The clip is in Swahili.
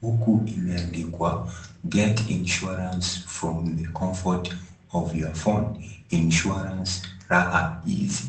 huku imeandikwa get insurance from the comfort of your home, insurance Raha easy